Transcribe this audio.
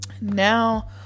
Now